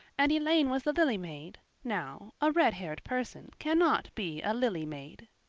and elaine was the lily maid. now, a red-haired person cannot be a lily maid.